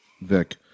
Vic